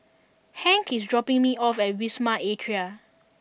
Hank is dropping me off at Wisma Atria